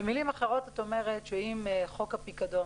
במילים אחרות את אומרת שאם חוק הפיקדון